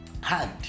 hand